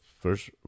first